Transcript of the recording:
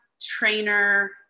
trainer